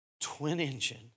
twin-engine